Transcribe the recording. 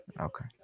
Okay